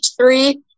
three